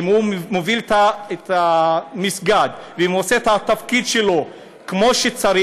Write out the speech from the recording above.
אם הוא מוביל את המסגד ואם הוא עושה את התפקיד שלו כמו שצריך,